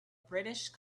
british